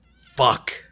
fuck